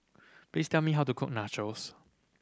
please tell me how to cook Nachos